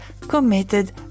committed